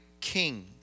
king